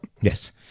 Yes